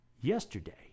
yesterday